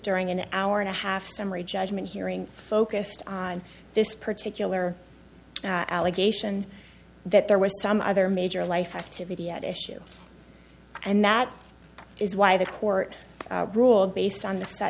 during an hour and a half summary judgment hearing focused on this particular allegation that there were some other major life activity at issue and that is why the court ruled based on th